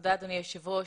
תודה אדוני היושב ראש.